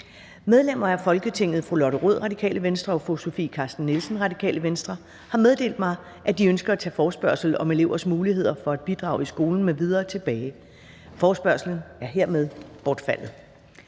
Medlemmer af Folketinget fru Lotte Rod, Radikale Venstre, og fru Sofie Carsten Nielsen, Radikale Venstre, har meddelt mig, at de ønsker at tage forespørgsel om elevers muligheder for at bidrage i skolen m.v. tilbage. Forespørgslen er hermed bortfaldet.